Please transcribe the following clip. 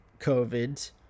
COVID